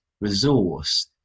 resource